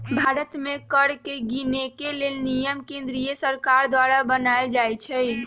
भारत में कर के गिनेके लेल नियम केंद्रीय सरकार द्वारा बनाएल जाइ छइ